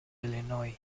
illinois